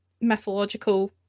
mythological